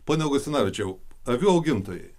pone augustinavičiau avių augintojai